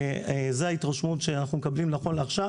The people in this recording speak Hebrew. זה ההתרשמות שאנחנו מקבלים נכון לעכשיו